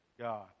God